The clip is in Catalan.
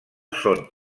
són